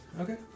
Okay